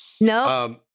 No